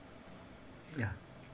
ya